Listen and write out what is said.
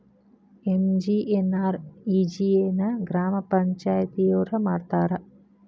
MGNREGA ನ ಗ್ರಾಮ ಪಂಚಾಯತಿಯೊರ ಮಾಡ್ತಾರಾ?